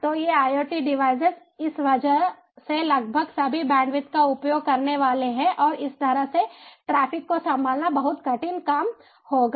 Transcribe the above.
तो ये IoT device इस वजह से लगभग सभी बैंडविड्थ का उपभोग करने वाले हैं और इस तरह के ट्रैफ़िक को संभालना बहुत कठिन काम होगा